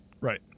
Right